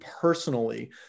personally